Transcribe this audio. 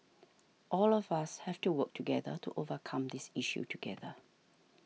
all of us have to work together to overcome this issue together